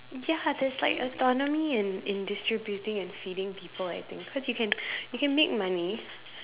ya there's like autonomy in in distributing and feeding people I think cause you can you can make money